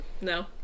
no